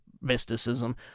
mysticism